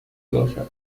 باشد